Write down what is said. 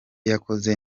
yakoze